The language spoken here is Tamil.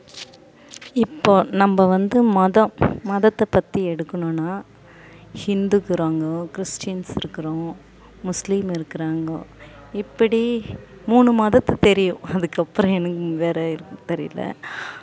இப்போது நம்ம வந்து மதம் மதத்தைப் பற்றி எடுக்கணுன்னால் ஹிந்து இருக்கிறாங்கோ கிறிஸ்டின்ஸ் இருக்கிறோம் முஸ்லீம் இருக்கிறாங்கோ இப்படி மூணு மதத்தை தெரியும் அதுக்கு அப்புறம் எனக்கு வேறு இருக்குதுனு தெரியல